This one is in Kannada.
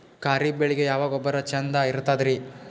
ಖರೀಪ್ ಬೇಳಿಗೆ ಯಾವ ಗೊಬ್ಬರ ಚಂದ್ ಇರತದ್ರಿ?